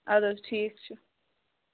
اد حظ ٹھیٖک چھُ